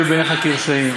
יהיו בעיניך כרשעים,